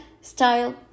Style